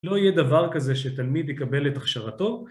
לא יהיה דבר כזה שתלמיד יקבל את הכשרתו.